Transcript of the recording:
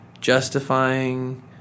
justifying